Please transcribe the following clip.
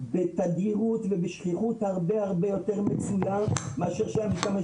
בתדירות ובשכיחות הרבה הרבה יותר מצויה מאשר בעבר.